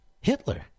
Hitler